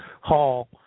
hall